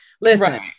Listen